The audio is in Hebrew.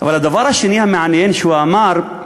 אבל הדבר השני המעניין שהוא אמר: